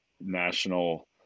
national